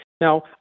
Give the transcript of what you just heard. Now